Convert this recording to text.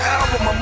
album